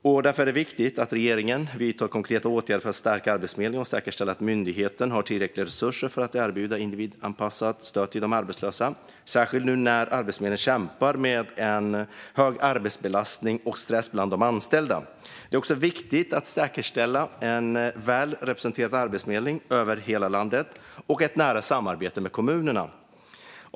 Det är därför viktigt att regeringen vidtar konkreta åtgärder för att stärka Arbetsförmedlingen och säkerställa att myndigheten har tillräckliga resurser för att erbjuda individanpassat stöd till de arbetslösa, särskilt nu när Arbetsförmedlingen kämpar med hög arbetsbelastning och stress bland de anställda. Det är också viktigt att säkerställa en väl representerad Arbetsförmedling över hela landet och ett nära samarbete med kommunerna.